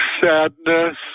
sadness